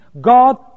God